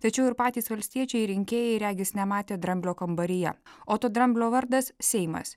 tačiau ir patys valstiečiai ir rinkėjai regis nematė dramblio kambaryje o to dramblio vardas seimas